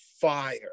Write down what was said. fire